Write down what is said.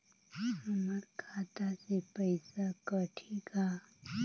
हमर खाता से पइसा कठी का?